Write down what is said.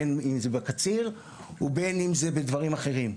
בין אם זה בקציר ובין אם זה בדברים אחרים.